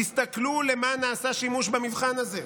תסתכלו למה נעשה שימוש במבחן הזה.